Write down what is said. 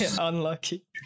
unlucky